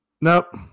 Nope